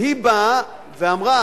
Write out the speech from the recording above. שהיא באה ואמרה: